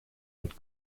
und